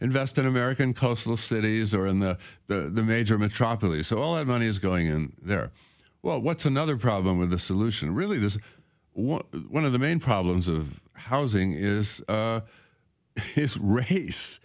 invest in american coastal cities or in the major metropolis all that money is going in there well what's another problem with the solution really this is what one of the main problems of housing is this race